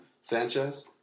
Sanchez